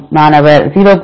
மாணவர் 0